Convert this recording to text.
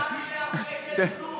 קיבלת 9 מיליארד שקל פלוס.